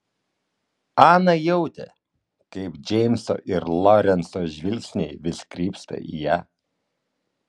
ana jautė kaip džeimso ir lorenco žvilgsniai vis krypsta į ją